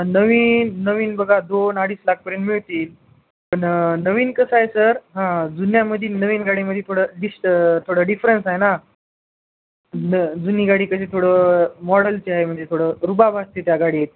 नवीन नवीन बघा दोन अडीच लाखपर्यंत मिळतील पण नवीन कसं आहे सर हां जुन्यामध्ये नवीन गाडीमध्ये थोडं डिस्ट थोडं डिफरन्स आहे ना न जुनी गाडी कशी थोडं मॉडलचे आहे म्हणजे थोडं रुबाब असते त्या गाडीत